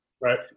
Right